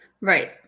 Right